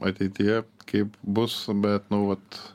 ateityje kaip bus bet nu vat